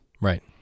right